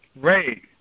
Ray